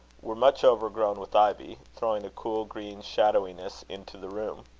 were much overgrown with ivy, throwing a cool green shadowiness into the room.